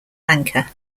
lanka